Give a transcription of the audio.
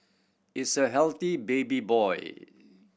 it's a healthy baby boy